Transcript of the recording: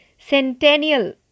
Centennial